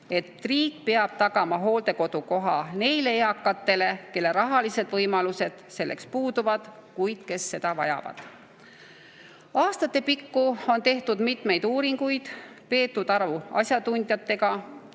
et riik peab tagama hooldekodukoha neile eakatele, kellel rahalised võimalused selleks puuduvad, kuid kes seda vajavad. Aastate pikku on tehtud mitmeid uuringuid, peetud aru asjatundjatega,